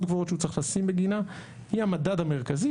גבוהות שהוא צריך לשים בגינה היא המדד המרכזי.